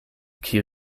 kiu